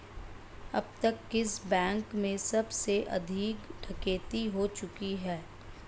अब तक किस बैंक में सबसे अधिक डकैती हो चुकी है?